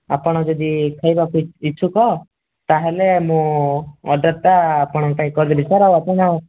ଆପଣ ଯଦି ଖାଇବକୁ ଇଚ୍ଛୁକ ତା'ହେଲେ ମୁଁ ଅର୍ଡ଼ରଟା ଆପଣଙ୍କପାଇଁ କରଦେବି ସାର୍ ଆଉ ଆପଣ